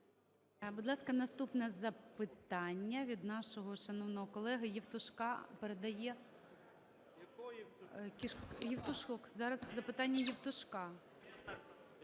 Будь ласка, наступне запитання від нашого шановного колеги Євтушка, передає… Євтушок, зараз запитання Євтушка.